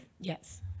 Yes